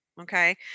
Okay